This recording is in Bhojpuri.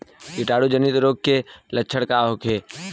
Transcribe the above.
कीटाणु जनित रोग के लक्षण का होखे?